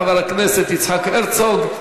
חבר הכנסת יצחק הרצוג,